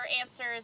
answers